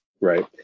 right